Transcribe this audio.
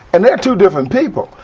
and they are two different people.